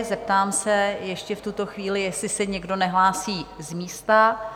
Zeptám se ještě v tuto chvíli, jestli se někdo nehlásí z místa?